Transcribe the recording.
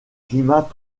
climats